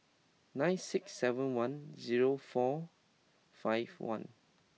nine six seven one zero four five one